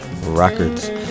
Records